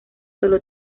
sólo